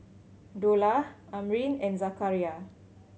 Dollah Amrin and Zakaria